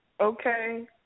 Okay